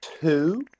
two